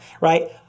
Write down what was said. right